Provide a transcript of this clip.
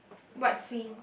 what scene